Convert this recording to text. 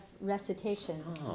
recitation